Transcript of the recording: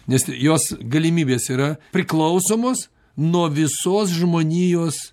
nes jos galimybės yra priklausomos nuo visos žmonijos